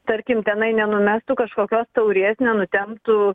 tarkim tenai nenumestų kažkokios taurės nenutemptų